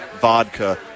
Vodka